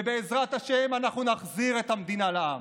ובעזרת השם אנחנו נחזיר את המדינה לעם.